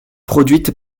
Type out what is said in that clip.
produite